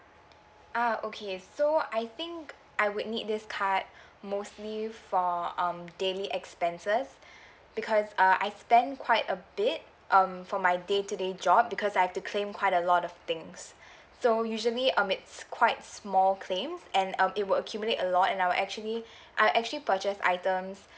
ah okay so I think I would need this card mostly for um daily expenses because uh I spend quite a bit um for my day to day job because I have to claim quite a lot of things so usually um it's quite small claims and uh it will accumulate a lot and I will actually I actually purchase items